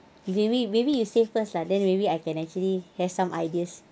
maybe maybe you say first lah then maybe I can actually have some ideas